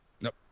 Nope